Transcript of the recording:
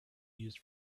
used